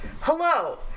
Hello